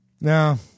Now